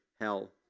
hell